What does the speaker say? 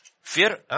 fear